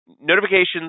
Notifications